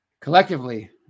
collectively